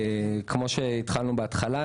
כמו שאמרנו בהתחלה,